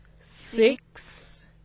six